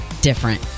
Different